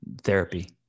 therapy